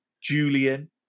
Julian